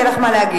יהיה לך מה להגיב.